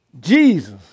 Jesus